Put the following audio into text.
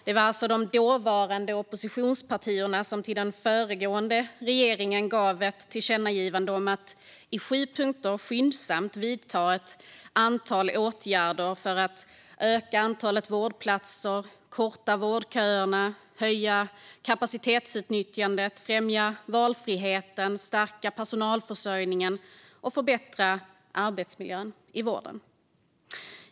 Det var de dåvarande oppositionspartierna som till den förra regeringen gjorde ett tillkännagivande om att på sju punkter skyndsamt vidta ett antal åtgärder för att öka antalet vårdplatser, korta vårdköerna, höja kapacitetsutnyttjandet, främja valfriheten, stärka personalförsörjningen och förbättra arbetsmiljön i vården.